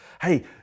hey